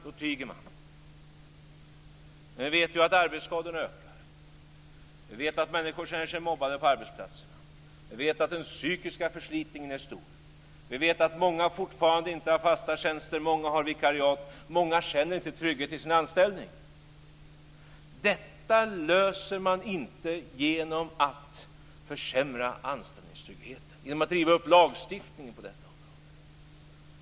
Då tiger man. Vi vet att arbetsskadorna ökar. Vi vet att människor känner sig mobbade på arbetsplatserna. Vi vet att den psykiska förslitningen är stor. Många har fortfarande inte fasta tjänster utan vikariat. Många känner inte trygghet i sin anställning. Detta löser man inte genom att försämra anställningstryggheten eller genom att riva upp lagstiftningen på detta område.